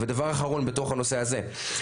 דבר אחרון בתוך הנושא הזה,